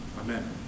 amen